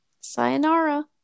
sayonara